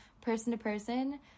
person-to-person